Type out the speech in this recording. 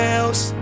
else